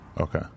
Okay